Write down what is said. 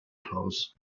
clause